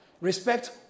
Respect